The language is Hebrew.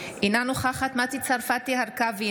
אינה נוכחת מטי צרפתי הרכבי,